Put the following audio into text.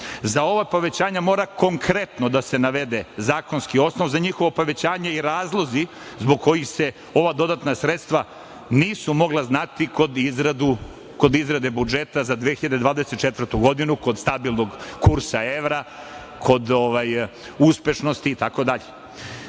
Za ova povećanja mora konkretno da se navede zakonski osnov za njihovo povećanje i razlozi zbog kojih se ova dodatna sredstva nisu mogla znati kod izrade budžeta za 2024. godinu, kod stabilnog kursa evra, kod uspešnosti i